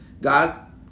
God